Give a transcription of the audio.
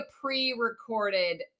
pre-recorded